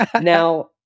Now